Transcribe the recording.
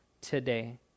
today